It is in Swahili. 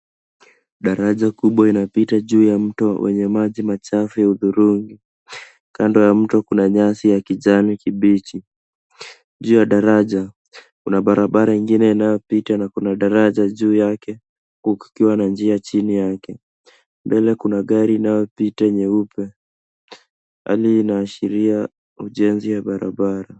Daraja kubwa inapita juu ya mto wenye maji machafu ya hudhurungi. Kando ya mto kuna nyasi ya kijani kibichi. Juu ya daraja kuna barabara ingine inayopita na kuna daraja juu yake huku kukiwa na njia chini yake, mbele kuna gari inayopita nyeupe, hali inaashiria ujenzi ya barabara.